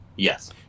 Yes